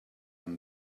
and